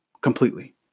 completely